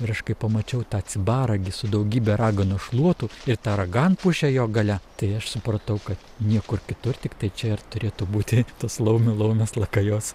ir aš kai pamačiau tą cibarą gi su daugybe raganos šluotų ir ta raganpušę jo gale tai aš supratau kad niekur kitur tiktai čia ir turėtų būti tos laumių laumės lakajos